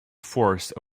force